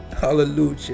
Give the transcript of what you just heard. hallelujah